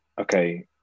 okay